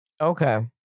Okay